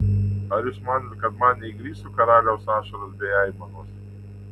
ar jūs manote kad man neįgriso karaliaus ašaros bei aimanos